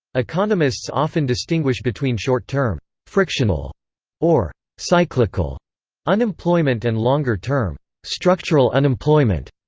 economists often distinguish between short-term frictional or cyclical unemployment and longer-term structural unemployment.